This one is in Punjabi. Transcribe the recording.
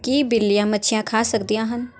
ਕੀ ਬਿੱਲੀਆਂ ਮੱਛੀਆਂ ਖਾ ਸਕਦੀਆਂ ਹਨ